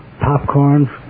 popcorn